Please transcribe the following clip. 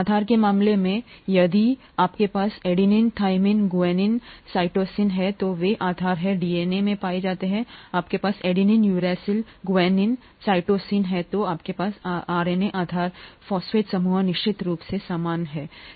आधार के मामले में यदि आपके पास एडेनिन थाइमिन गुआनिन साइटोसिन है तो वे आधार हैं डीएनए में पाया जाता है आपके पास एडेनिन यूरैसिल ग्वानिन साइटोसिन है तो आपके पास आधार हैं आरएनए फॉस्फेट समूह निश्चित रूप से समान है